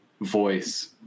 voice